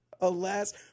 Alas